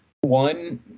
one